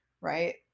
right